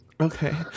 Okay